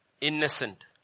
Innocent